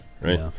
right